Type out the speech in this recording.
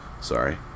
sorry